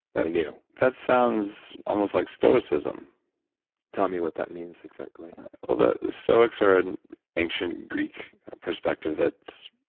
i knew that sounds almost like stoicism tell me what that means exactly the stoics are in ancient greek perspective that's,